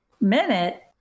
Minute